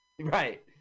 Right